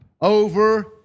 over